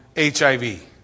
HIV